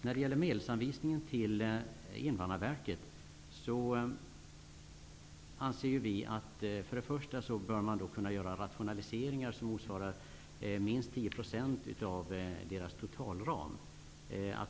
När det gäller medelsanvisningen till Invandrarverket anser vi att Invandrarverket bör kunna göra rationaliseringar som motsvarar minst 10 % av totalramen.